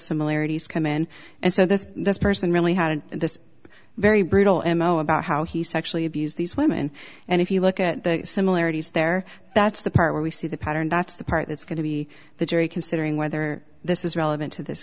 similarities come in and so this this person really had in this very brutal m o about how he sexually abuse these women and if you look at the similarities there that's the part where we see the pattern that's the part that's going to be the jury considering whether this is relevant to this